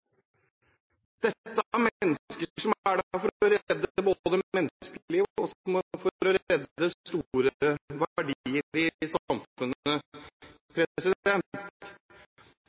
Dette gjelder mennesker som er der både for å redde menneskeliv og for å redde store verdier i samfunnet.